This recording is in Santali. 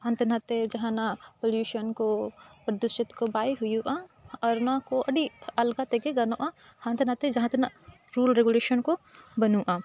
ᱦᱟᱱᱛᱮ ᱱᱟᱛᱮ ᱡᱟᱦᱟᱱᱟᱜ ᱯᱚᱞᱤᱭᱩᱥᱚᱱ ᱠᱚ ᱯᱚᱨᱫᱩᱥᱤᱛ ᱠᱚ ᱵᱟᱭ ᱦᱩᱭᱩᱜᱼᱟ ᱟᱨ ᱱᱚᱣᱟ ᱠᱚ ᱟᱹᱰᱤ ᱟᱞᱜᱟ ᱛᱮᱜᱮ ᱜᱟᱱᱚᱜᱼᱟ ᱦᱟᱱᱛᱮ ᱱᱟᱛᱮ ᱡᱟᱦᱟᱸ ᱛᱤᱱᱟᱹᱜ ᱨᱩᱞ ᱨᱮᱜᱩᱞᱮᱥᱚᱱ ᱠᱚ ᱵᱟᱹᱱᱩᱜᱼᱟ